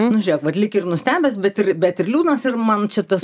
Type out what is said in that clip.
nu žiūrėk vat lyg ir nustebęs bet ir bet ir liūdnas ir man čia tas